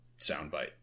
soundbite